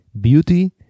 beauty